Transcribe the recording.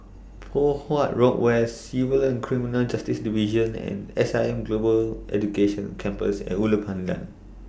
Poh Huat Road West Civil and Criminal Justice Division and S I M Global Education Campus At Ulu Pandan